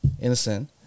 Innocent